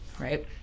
right